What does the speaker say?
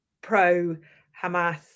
pro-Hamas